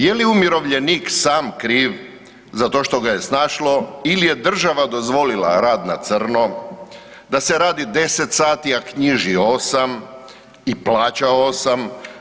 Je li umirovljenik sam kriv za to što ga je snašlo ili je država dozvolila rad na crno, da se radi 10 sati a knjiži 8 i plaća 8?